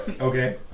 Okay